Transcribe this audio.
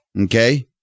Okay